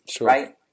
right